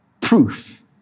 proof